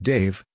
Dave